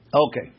Okay